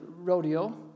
rodeo